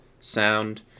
sound